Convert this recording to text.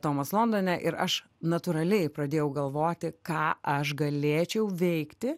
tomas londone ir aš natūraliai pradėjau galvoti ką aš galėčiau veikti